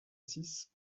six